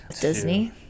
Disney